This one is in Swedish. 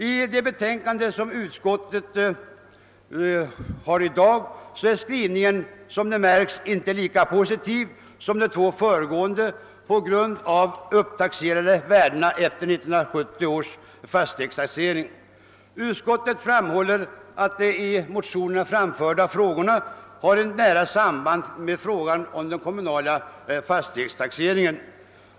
I det betänkande som föreligger i dag är utskottets skrivning, som vi märker, inte lika positiv som i de två föregående, detta på grund av de höjda värdena efter 1970 års fastighetstaxering. Utskottet framhåller att de av motionärerna framförda frågorna har nära samband med frågan om den kommunala fastighetsskatten.